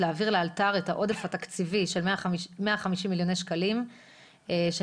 להעביר לאלתר את העודף התקציבי של 150 מיליוני שקלים שנמצאו